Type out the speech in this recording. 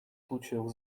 случаев